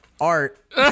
Art